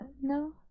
No